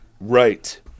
Right